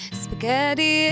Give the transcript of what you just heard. spaghetti